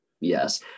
Yes